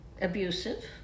abusive